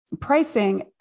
pricing